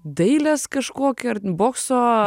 dailės kažkokį ar ten bokso